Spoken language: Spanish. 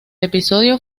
episodio